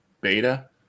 beta